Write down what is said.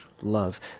love